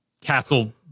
castle